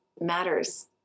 matters